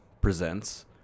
Presents